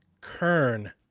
kern